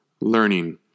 learning